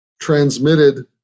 transmitted